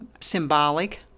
symbolic